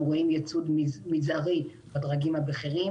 אנחנו רואים ייצוג מזערי בדרגים הבכירים,